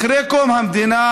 אחרי קום המדינה,